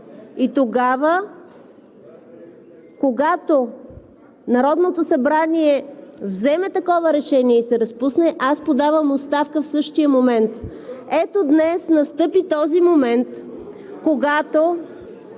И тогава, когато Народното събрание вземе такова решение и се разпусне, аз подавам оставка в същия момент.“ (Шум и реплики.) Ето днес настъпи този момент, когато